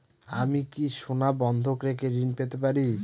আমি কি সোনা বন্ধক রেখে ঋণ পেতে পারি?